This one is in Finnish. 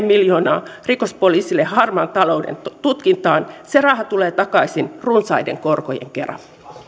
miljoonaa rikospoliisille harmaan talouden tutkintaan se raha tulee takaisin runsaiden korkojen kera